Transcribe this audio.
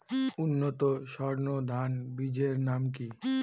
উন্নত সর্ন ধান বীজের নাম কি?